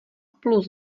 plus